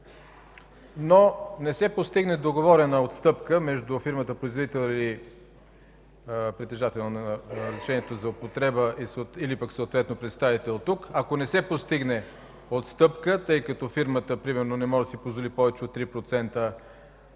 но не се постигне договорена отстъпка между фирмата производител и притежателя на разрешението за употреба или пък съответно представител от тук, ако не се постигне отстъпка, тъй като фирмата примерно не може да си позволи повече от 3%,